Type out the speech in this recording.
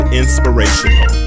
inspirational